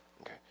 Okay